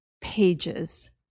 pages